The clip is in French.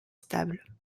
stable